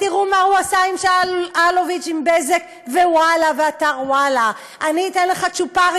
תראו מה הוא עשה עם שאול אלוביץ' עם בזק ואתר "וואלה": אני אתן לך צ'ופרים